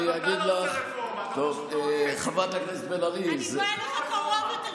גם אתה לא עושה רפורמה, אתה פשוט הורס.